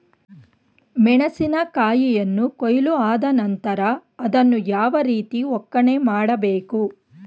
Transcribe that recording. ಮೆಣಸಿನ ಕಾಯಿಯನ್ನು ಕೊಯ್ಲು ಆದ ನಂತರ ಅದನ್ನು ಯಾವ ರೀತಿ ಒಕ್ಕಣೆ ಮಾಡಬೇಕು?